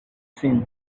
seen